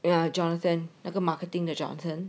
ya jonathan 那个 marketing 的 jonathan